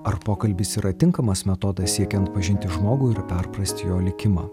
ar pokalbis yra tinkamas metodas siekiant pažinti žmogų ir perprasti jo likimą